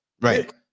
right